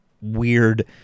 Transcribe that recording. weird